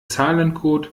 zahlencode